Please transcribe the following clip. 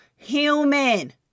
human